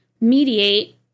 mediate